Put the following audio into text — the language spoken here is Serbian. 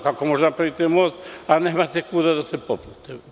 Kako možete da napravitemost, a nemate kuda da se popnete?